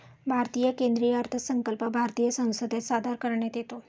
भारतीय केंद्रीय अर्थसंकल्प भारतीय संसदेत सादर करण्यात येतो